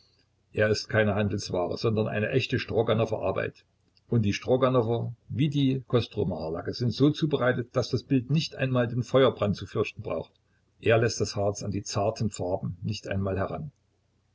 er ist keine handelsware sondern eine echte stroganower arbeit und die stroganower wie die kostromaer lacke sind so zubereitet daß das bild nicht einmal den feuerbrand zu fürchten braucht er läßt das harz an die zarten farben nicht einmal heran